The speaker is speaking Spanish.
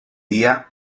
día